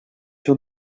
your